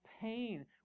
pain